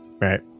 right